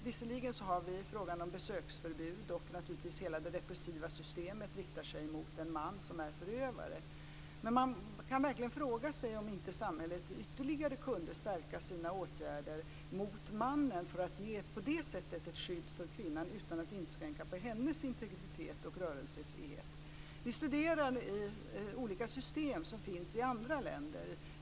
Visserligen finns besöksförbud och hela det repressiva systemet, som riktar sig mot den man som är förövare. Men man kan fråga sig om inte samhället ytterligare kunde stärka sina åtgärder mot mannen, för att på det sättet ge ett skydd åt kvinnan utan att inskränka hennes integritet och rörelsefrihet. Vi studerar olika system i andra länder.